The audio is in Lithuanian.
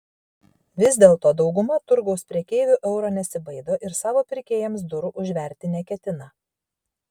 vis dėlto dauguma turgaus prekeivių euro nesibaido ir savo pirkėjams durų užverti neketina